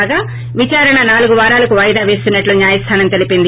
కాగా విచారణ నాలుగు వారాలకు వాయిదా వేస్తున్నట్లు న్యాయస్లానం తెలిపింది